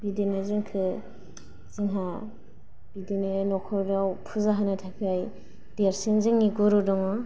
बिदिनो जोंखौ जोंहा बिदिनो न'खराव फुजा होनो थाखाय देरसिन जोंनि गुरु दङ'